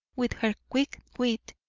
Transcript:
with her quick wit,